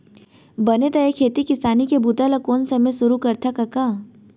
बने त ए खेती किसानी के बूता ल कोन समे सुरू करथा कका?